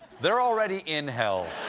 they're already in hell.